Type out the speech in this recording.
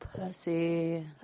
Pussy